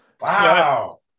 Wow